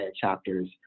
chapters